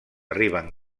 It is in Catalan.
arriben